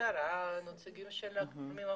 המשטרה וכולי.